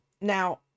Now